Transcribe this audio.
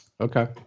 okay